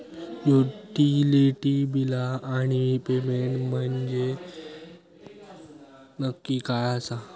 Utility बिला आणि payment म्हंजे नक्की काय आसा?